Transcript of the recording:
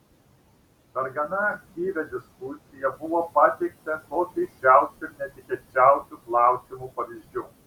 per gana aktyvią diskusiją buvo pateikta kuo keisčiausių ir netikėčiausių klausimų pavyzdžių